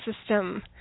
system